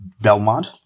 Belmont